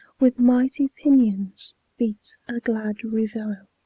with mighty pinions beats a glad reveille.